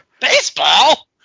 Baseball